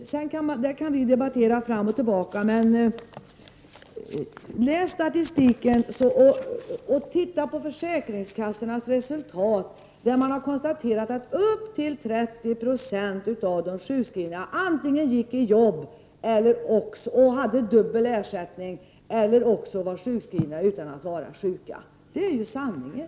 Detta kan vi debattera fram och tillbaka, men läs statistiken och titta på försäkringskassornas resultat! Man konstaterar att upp till 30 90 av de sjukskrivna antingen gick i jobb och hade dubbel ersättning eller också var sjukskrivna utan att vara sjuka. Detta är sanningen.